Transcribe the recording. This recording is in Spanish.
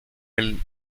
del